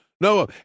No